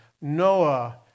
Noah